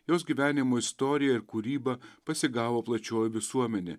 jos gyvenimo istoriją ir kūrybą pasigavo plačioji visuomenė